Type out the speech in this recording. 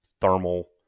Thermal